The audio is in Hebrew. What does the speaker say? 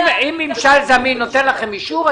אם ממשל זמין נותן לכם אישור,